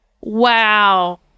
Wow